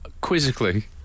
quizzically